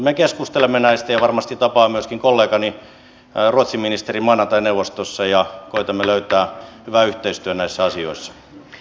me keskustelemme näistä ja varmasti tapaan myöskin kollegani ruotsin ministerin maanantain neuvostossa ja koetamme löytää hyvän yhteistyön näissä asioissa